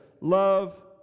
love